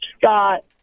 Scott